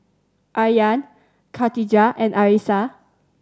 Aryan Katijah and Arissa